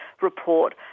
report